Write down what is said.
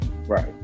right